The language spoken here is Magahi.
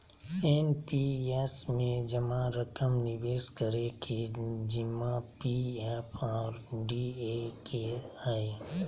एन.पी.एस में जमा रकम निवेश करे के जिम्मा पी.एफ और डी.ए के हइ